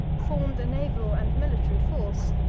formed a naval and military force,